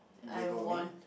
let go of me